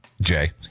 Jay